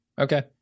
Okay